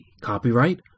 copyright